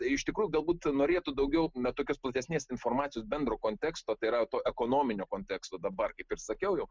iš tikrųjų galbūt norėtų daugiau na tokios platesnės informacijos bendro konteksto tai yra to ekonominio konteksto dabar kaip ir sakiau jau